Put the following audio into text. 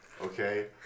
okay